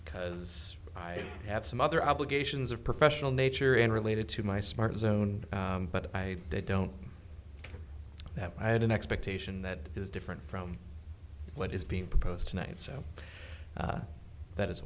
because i have some other obligations of professional nature and related to my smartphone but i don't that i had an expectation that is different from what is being proposed tonight so that is